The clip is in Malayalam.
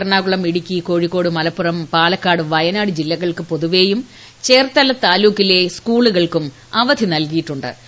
എറണാകുളം ഇടുക്കി കോഴിക്കോട് മലപ്പുറംപാലക്കാട് വയനാട് ജില്ലകൾക്ക് പൊതുവെയും ചേർത്തല താലൂക്കിലെ സ്കൂളുകൾക്ക് അവധി നൽകിയിട്ടുണ്ട്